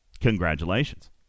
Congratulations